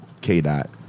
K-Dot